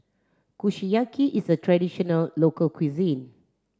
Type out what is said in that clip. Kushiyaki is a traditional local cuisine